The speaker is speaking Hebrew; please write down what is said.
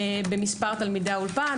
במספר תלמידי האולפן.